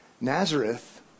Nazareth